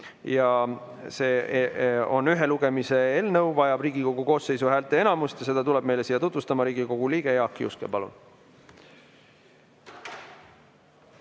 ja see on ühe lugemise eelnõu, mis vajab Riigikogu koosseisu häälteenamust. Seda tuleb meile siia tutvustama Riigikogu liige Jaak Juske. Palun!